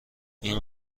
این